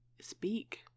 speak